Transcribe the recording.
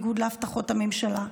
בניגוד להבטחות הממשלה.